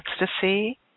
ecstasy